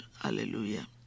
Hallelujah